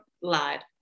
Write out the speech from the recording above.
lied